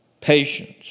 patience